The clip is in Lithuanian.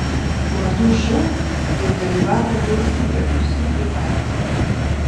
madų šou jau dalyvavo gausybė garsių dizainerių